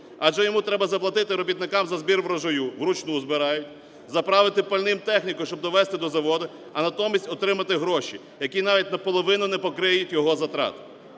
Адже йому треба заплатити робітникам за збір врожаю, вручну збирають, заправити пальним техніку, щоб довезти до заводу, а натомість отримати гроші, які навіть на половину не покриють його затрат.